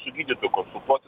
su gydytoju konsultuotis